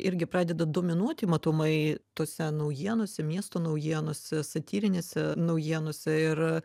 irgi pradeda dominuoti matomai tose naujienose miesto naujienose satyrinėse naujienose ir